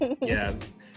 yes